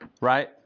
right